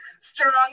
strong